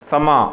ਸਮਾਂ